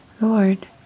Lord